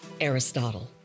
Aristotle